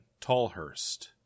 Tallhurst